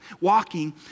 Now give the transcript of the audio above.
walking